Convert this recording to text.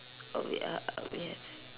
oh ya we have